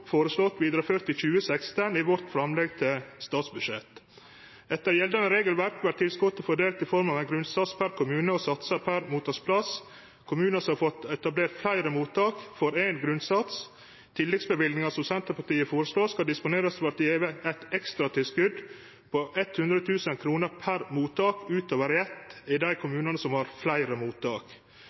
vidareført i 2016 i vårt framlegg til statsbudsjett. Etter gjeldande regelverk vert tilskotet fordelt i form av ein grunnsats per kommune og satsar per mottaksplass. Kommunar som har fått etablert fleire mottak, får éin grunnsats. Tilleggsløyvinga Senterpartiet føreslår, skal disponerast ved at det vert gjeve eit ekstratilskot på 100 000 kr per mottak utover eitt i dei kommunane som har fleire mottak.